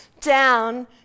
down